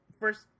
first